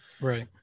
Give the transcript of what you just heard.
Right